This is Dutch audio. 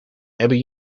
hebben